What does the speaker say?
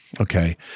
Okay